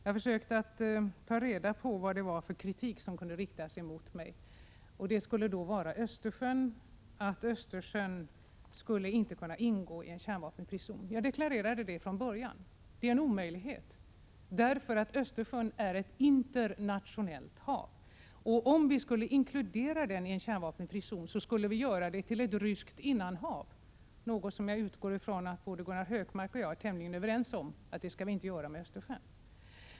Jag har försökt ta reda på vad för slags kritik som kunde riktas mot mig. Det skulle då vara att jag har sagt att Östersjön inte skulle kunna ingå i en kärnvapenfri zon. Jag deklarerade det från början. Det är en omöjlighet, därför att Östersjön är ett internationellt hav. Om vi skulle inkludera Östersjön i en kärnvapenfri zon, skulle vi göra Östersjön till ett ryskt innanhav. Jag utgår från att Gunnar Hökmark och jag är tämligen överens om att vi inte skall göra det.